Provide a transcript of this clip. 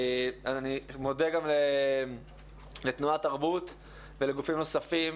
אני מודה גם לתנועת תרבות ולגופים נוספים